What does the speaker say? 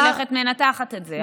של איך את מנתחת את זה,